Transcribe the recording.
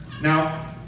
Now